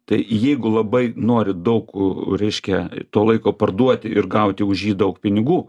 tai jeigu labai nori daug reiškia to laiko parduoti ir gauti už jį daug pinigų